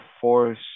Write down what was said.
force